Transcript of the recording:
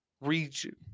region